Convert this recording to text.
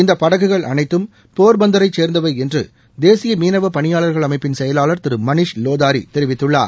இந்த படகுகள் அனைத்தும் போா்பந்தரை சேர்ந்தவை என்று தேசிய மீனவ பணியாளர்கள் அமைப்பின் செயலாளர் திரு மணீஷ் லோதாரி தெரிவித்தள்ளார்